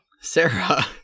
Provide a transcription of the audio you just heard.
Sarah